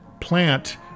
plant